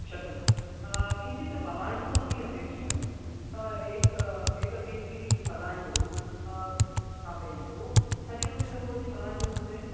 शतं किञ्चित् पलाण्डु अपि अपेक्षितं एकं एक के जि पलाण्डुः स्थापयन्तु कति रूप्यकं भवति पलाण्डुः कृते